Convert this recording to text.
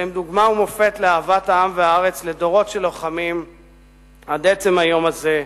והם דוגמה ומופת לאהבת העם והארץ לדורות של לוחמים עד עצם היום הזה.